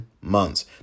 months